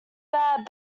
bad